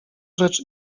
rzecz